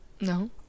No